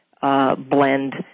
blend